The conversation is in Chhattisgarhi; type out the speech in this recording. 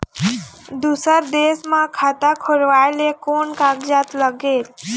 दूसर देश मा खाता खोलवाए ले कोन कागजात लागेल?